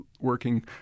working